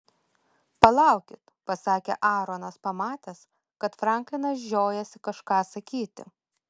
palaukit pasakė aaronas pamatęs kad franklinas žiojasi kažką sakyti